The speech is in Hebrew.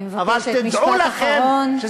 אני מבקשת, משפט אחרון.